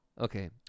Okay